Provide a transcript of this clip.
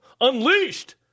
Unleashed